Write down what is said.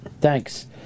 Thanks